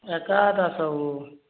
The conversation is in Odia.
ଏକାଟା ସବୁ